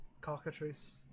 Cockatrice